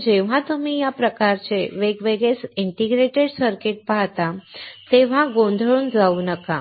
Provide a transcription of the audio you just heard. त्यामुळे जेव्हा तुम्ही या प्रकारचे वेगवेगळे इंडिकेटर सर्किट पाहता तेव्हा गोंधळून जाऊ नका